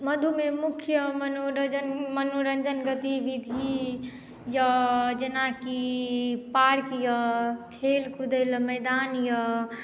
मधुमे मुख्य मनोरजन मनोरञ्जन गतिविधि यए जेनाकि पार्क यए खेल कूदय लेल मैदान यए